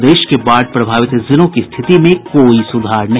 प्रदेश के बाढ़ प्रभावित जिलों की स्थिति में कोई सुधार नहीं